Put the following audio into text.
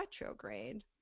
retrograde